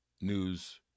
News